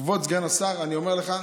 כבוד סגן השר, אני אומר לך,